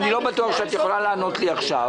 אני לא בטוח שאת יכולה לענות לי עכשיו.